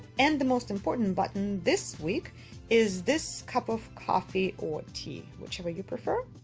and the most important button this week is this cup of coffee or tea, whichever you prefer.